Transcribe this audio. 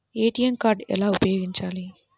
ATM card ఎలా ఉపయోగించాలి?